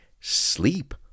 Sleep